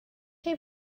chi